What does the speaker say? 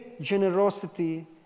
generosity